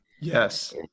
Yes